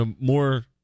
more